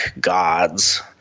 gods